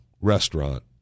restaurant